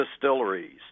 distilleries